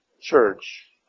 Church